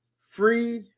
free